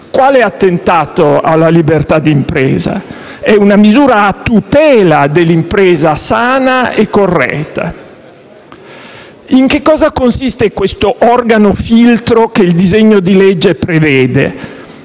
Quale attentato alla libertà di impresa? Al contrario, è una misura posta a tutela dell'impresa sana e corretta. In che cosa consiste l'organo-filtro che il disegno di legge prevede?